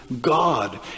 God